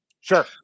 Sure